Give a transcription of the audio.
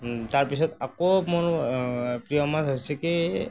তাৰপিছত আকৌ মোৰ প্ৰিয় মাছ হৈছে কি